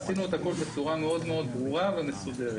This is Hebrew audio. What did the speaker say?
עשינו את הכול בצורה מאוד ברורה ומסודרת.